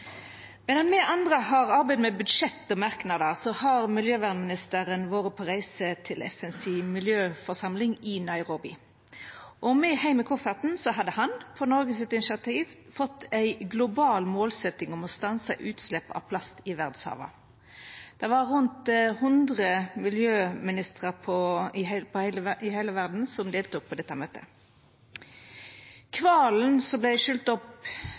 Medan me andre har arbeidd med budsjett og merknader, har miljøministeren vore på reise til FNs miljøforsamling i Nairobi, og med heim i kofferten hadde han, på Noregs initiativ, fått ei global målsetjing om å stansa utslepp av plast i verdshava. Det var rundt 100 miljøministrar frå heile verda som deltok på dette møtet. Kvalen som vart skyld opp